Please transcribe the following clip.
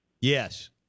Yes